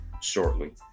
shortly